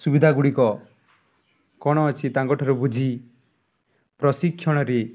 ସୁବିଧା ଗୁଡ଼ିକ କ'ଣ ଅଛି ତାଙ୍କଠାରୁ ବୁଝି ପ୍ରଶିକ୍ଷଣରେ